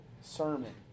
sermon